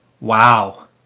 wow